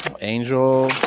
Angel